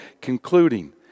concluding